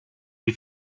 die